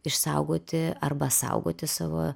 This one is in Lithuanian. išsaugoti arba saugoti savo